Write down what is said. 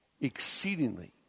exceedingly